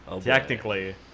Technically